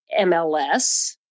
MLS